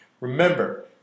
Remember